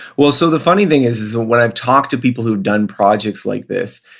well, so the funny thing is is when i've talked to people who've done projects like this,